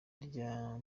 rya